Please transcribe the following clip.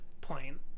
plane